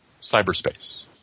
cyberspace